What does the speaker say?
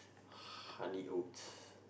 honey oats